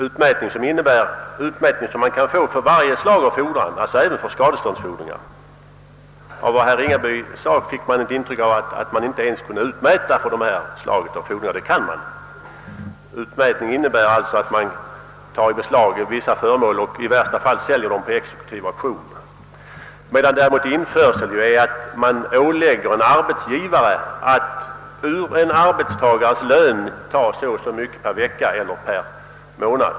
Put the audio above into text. Utmätning kan man få för varje slag av fordran, alltså även för skadeståndsfordringar — av herr Ringabys anförande fick man ett intryck att detta slag av fordringar inte ens kan indrivas genom utmätning. Denna innebär alltså att vissa föremål beslagtas och i värsta fall säljs på exekutiv auktion, medan införsel innebär att en arbets givare åläggs att ur en arbetstagares lön ta ett visst belopp per vecka eller månad.